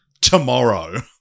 Tomorrow